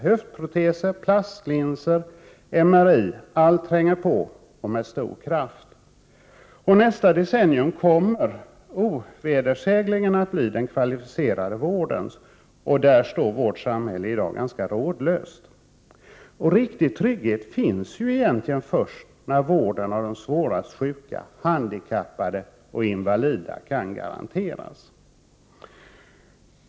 Höftproteser, plastlinser, MRI -— allt tränger på med stor kraft. Nästa decennium kommer ovedersägligen att bli den kvalificerade vårdens — och därvidlag står vårt samhälle i dag ganska rådlöst. Och riktig trygghet finns ju egentliger först när vården av de svårast sjuka, handikappade och invalidiserade kan garanteras.